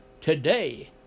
Today